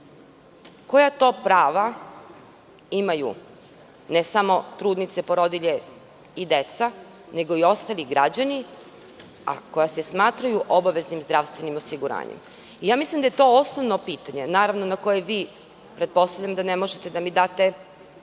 Koja to prava imaju, ne samo trudnice, porodilje i deca, nego i ostali građani, a koji se smatraju obaveznim zdravstvenim osiguranjem? Mislim da je to osnovno pitanje, naravno na koje vi, pretpostavljam da ne možete da mi date